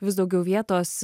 vis daugiau vietos